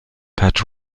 pat